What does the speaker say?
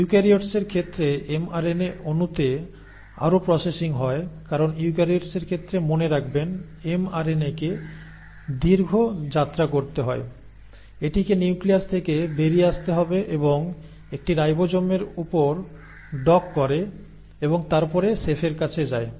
ইউক্যারিওটসের ক্ষেত্রে এমআরএনএ অণুতে আরও প্রসেসিং হয় কারণ ইউক্যারিওটসের ক্ষেত্রে মনে রাখবেন এমআরএনএকে দীর্ঘ যাত্রা করতে হয় এটিকে নিউক্লিয়াস থেকে বেরিয়ে আসতে হবে এবং একটি রাইবোজোমের উপর ডক করে এবং তারপরে শেফের কাছে যায়